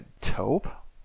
taupe